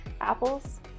apples